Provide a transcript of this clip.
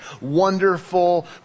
wonderful